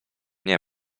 nie